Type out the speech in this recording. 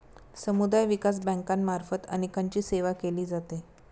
समुदाय विकास बँकांमार्फत अनेकांची सेवा केली जाते